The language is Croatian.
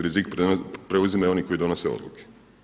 Rizik preuzimaju oni koji donose odluke.